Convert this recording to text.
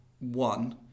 one